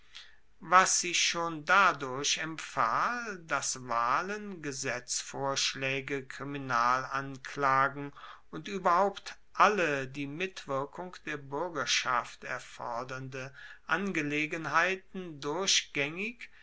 was sich schon dadurch empfahl dass wahlen gesetzvorschlaege kriminalanklagen und ueberhaupt alle die mitwirkung der buergerschaft erfordernde angelegenheiten durchgaengig